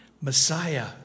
Messiah